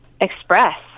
express